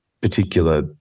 particular